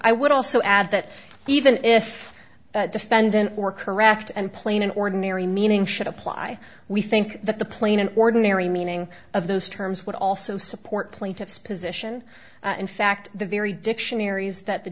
i would also add that even if the defendant were correct and plain ordinary meaning should apply we think that the plain an ordinary meaning of those terms would also support plaintiff's position in fact the very dictionaries that the